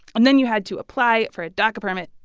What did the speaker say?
and then you had to apply for a daca permit,